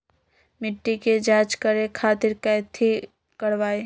मिट्टी के जाँच करे खातिर कैथी करवाई?